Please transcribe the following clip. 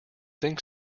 think